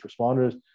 responders